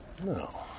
No